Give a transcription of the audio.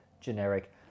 generic